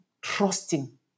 trusting